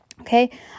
okay